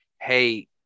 hey